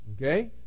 okay